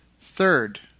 Third